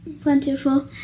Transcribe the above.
plentiful